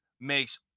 makes